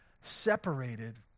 separated